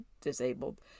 disabled